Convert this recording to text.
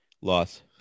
Loss